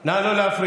בבקשה, נא לא להפריע.